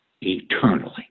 eternally